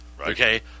Okay